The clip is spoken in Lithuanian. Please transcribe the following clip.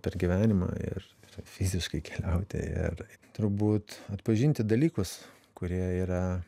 per gyvenimą ir fiziškai keliauti ir turbūt atpažinti dalykus kurie yra